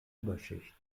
oberschicht